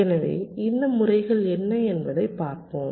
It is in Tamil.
எனவே இந்த முறைகள் என்ன என்பதைப் பார்ப்போம்